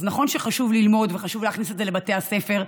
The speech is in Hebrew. אז נכון שחשוב ללמוד וחשוב להכניס את זה לבתי הספר,